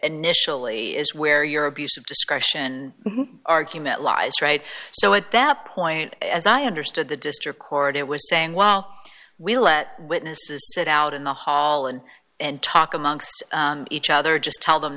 initially is where your abuse of discretion argument lies right so at that point as i understood the district court it was saying well we'll let witnesses sit out in the hall and and talk amongst each other just tell them